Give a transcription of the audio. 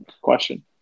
question